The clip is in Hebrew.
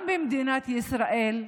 יהיה חינם גם במדינת ישראל,